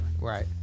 Right